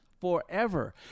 forever